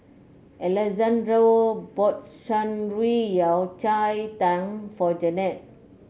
Alexandro bought Shan Rui Yao Cai Tang for Janette